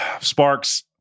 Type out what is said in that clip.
Sparks